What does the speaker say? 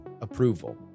approval